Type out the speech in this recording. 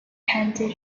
handed